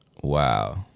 Wow